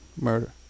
Murder